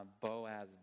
Boaz